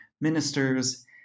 ministers